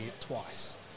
twice